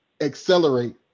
accelerate